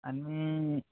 आनी